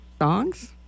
songs